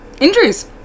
Injuries